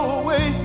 away